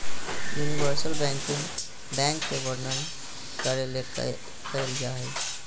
universal banking bank के वर्णन करे ले कइल जा हइ